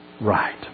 right